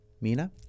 Mina